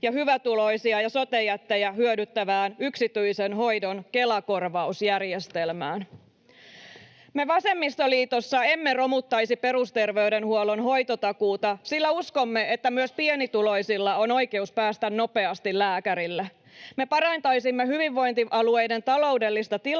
ja hyvätuloisia ja sote-jättejä hyödyttävään yksityisen hoidon Kela-korvausjärjestelmään. Me vasemmistoliitossa emme romuttaisi perusterveydenhuollon hoitotakuuta, sillä uskomme, että myös pienituloisilla on oikeus päästä nopeasti lääkärille. Me parantaisimme hyvinvointialueiden taloudellista tilannetta